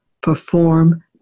perform